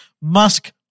Musk